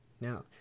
now